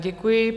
Děkuji.